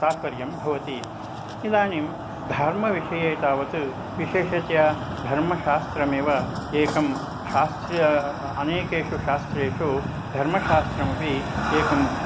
तात्पर्यं भवति इदानीं धर्मविषये तावत् विशेषतया धर्मशास्त्रम् एव एकं शास्त्रम् अनेकेषु शास्त्रेषु धर्मशास्त्रमपि एकम्